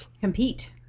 compete